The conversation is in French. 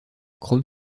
chrome